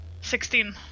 sixteen